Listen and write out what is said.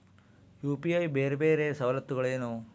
UPI ಬೇರೆ ಬೇರೆ ಸವಲತ್ತುಗಳೇನು?